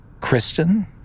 Kristen